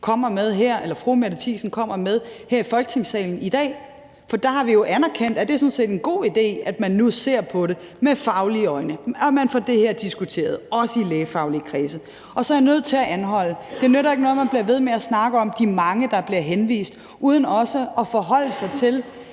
dårligt eksempel, fru Mette Thiesen kommer med her i Folketingssalen i dag. For der har vi jo anerkendt, at det sådan set er en god idé, at man nu ser på det med faglige øjne, og at man får det her diskuteret også i lægefaglige kredse. Så er jeg nødt til at anholde en bemærkning. Det nytter ikke noget, at man bliver ved med at snakke om de mange, der bliver henvist, uden også at forholde sig til,